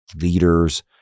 leaders